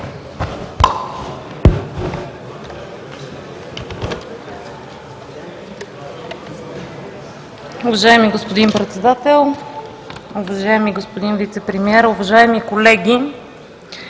Уважаеми господин Председател, уважаеми господин Вицепремиер, уважаеми колеги!